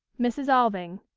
mrs. alving.